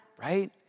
right